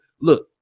look